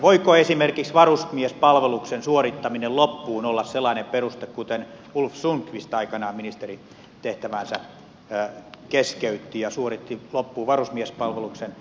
voiko esimerkiksi varusmiespalveluksen suorittaminen loppuun olla sellainen peruste kuten ulf sundqvist aikanaan ministerin tehtävänsä keskeytti ja suoritti loppuun varusmiespalveluksen